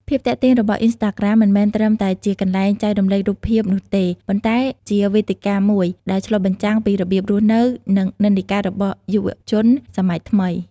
ភាពទាក់ទាញរបស់ អុីនស្តាក្រាម មិនមែនត្រឹមតែជាកន្លែងចែករំលែករូបភាពនោះទេ ប៉ុន្តែជាវេទិកាមួយដែលឆ្លុះបញ្ចាំងពីរបៀបរស់នៅ និងនិន្នាការរបស់យុវជនសម័យថ្មី។